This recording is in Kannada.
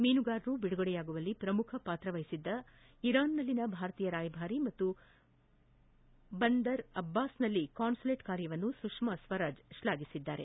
ಮೀನುಗಾರರು ಬಿಡುಗಡೆಯಾಗುವಲ್ಲಿ ಪ್ರಮುಖ ಪಾತ್ರ ವಹಿಸಿದ್ದ ಇರಾನ್ನಲ್ಲಿನ ಭಾರತೀಯ ರಾಯಭಾರಿ ಮತ್ತು ಬಂದರ್ ಅಬ್ಬಾಸ್ನಲ್ಲಿ ಕಾನ್ಸುಲೇಟ್ ಕಾರ್ಯವನ್ನು ಸುಷ್ಕಾ ಸ್ವರಾಜ್ ಶ್ಲಾಘಿಸಿದ್ದಾರೆ